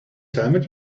helmet